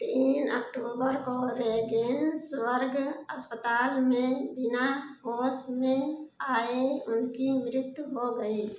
तीन अक्टूबर को रेगेन्सवर्ग अस्पताल में बिना होश में आए उनकी मृत्यु हो गई